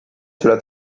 sulla